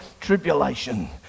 tribulation